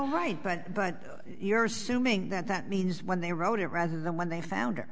all right but but you're assuming that that means when they wrote it rather than when they found her